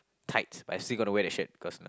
tight but I still gonna wear that shirt because you know